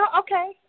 okay